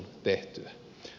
toinen on sote